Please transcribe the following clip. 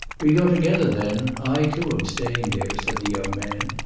we go together, then. i, too, am staying there, said the young man,